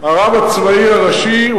הרב הצבאי הראשי,